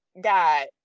god